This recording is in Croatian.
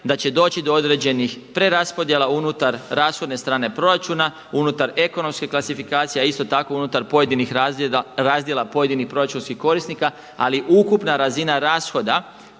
da će doći do određenih preraspodjela unutar rashodne strane proračuna, unutar ekonomske klasifikacije a isto tako unutar pojedinih razdjela pojedinih proračunskih korisnika ali ukupna razina rashoda